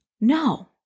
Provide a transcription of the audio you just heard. No